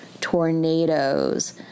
tornadoes